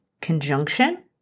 conjunction